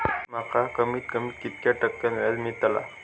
माका कमीत कमी कितक्या टक्क्यान व्याज मेलतला?